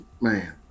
man